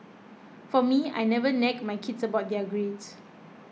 for me I never nag my kids about their grades